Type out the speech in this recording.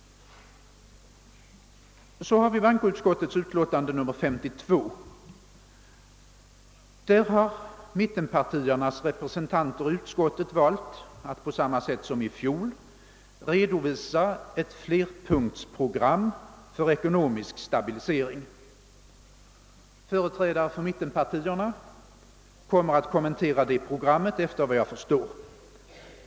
I anslutning till bankoutskottets utlåtande nr 52 har mittenpartiernas representanter i utskottet valt att på samma sätt som i fjol redovisa ett flerpunktsprogram för ekonomisk stabilisering. Företrädare för mittenpartierna kommer, efter vad jag förstår, att kommentera detta program.